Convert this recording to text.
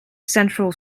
central